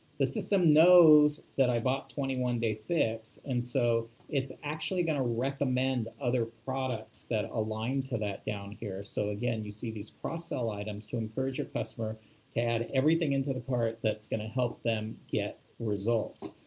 the system knows that i bought twenty one day fix and so it's actually going to recommend other products that align to that down here. so again, you see these cross-sell items to encourage your customer to add everything into the cart that's going to help them get results.